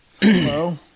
Hello